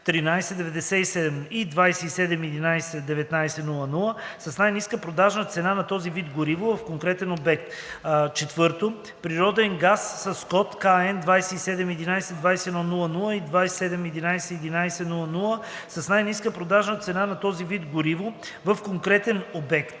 97 и 2711 19 00) с най-ниска продажна цена за този вид гориво в конкретен обект; 4. природен газ (с код по КН 2711 21 00 и 2711 11 00) с най-ниска продажна цена за този вид гориво в конкретен обект;